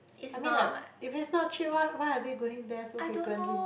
I mean like if it's not a cheap one why are they going there so frequently